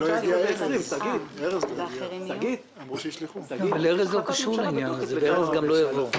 היא אמנם לא הביאה תקנות,